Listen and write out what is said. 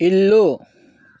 ఇల్లు